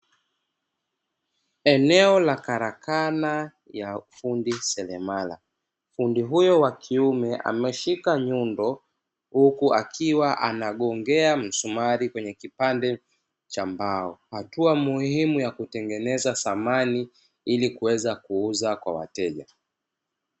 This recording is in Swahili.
Eneo la karakana ya fundi seremala, fundi huyo wa kiume ameshika nyundo huku akiwa anagongea msumari kwenye kipande cha mbao, hatua muhimu ya kutengeneza samani ili kuweza kuuza kwa wateja.